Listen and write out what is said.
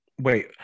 Wait